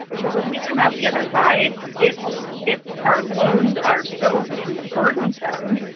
so when we come out the other side, if if our loans are so burdensome.